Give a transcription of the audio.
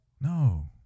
No